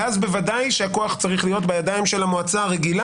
ואז בוודאי שהכוח צריך להיות בידיים של המועצה הרגילה.